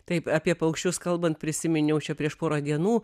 taip apie paukščius kalbant prisiminiau čia prieš porą dienų